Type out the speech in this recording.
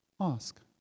ask